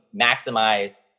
maximize